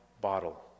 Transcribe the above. bottle